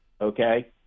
okay